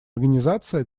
организация